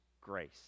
grace